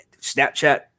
Snapchat